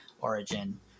origin